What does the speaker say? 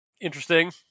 Interesting